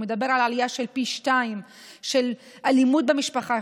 הוא מדבר על עלייה של פי שניים באלימות במשפחה,